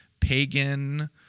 pagan